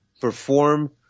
perform